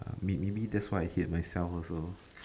may maybe that's why I hate myself also